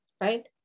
right